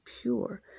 pure